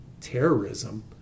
terrorism